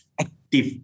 active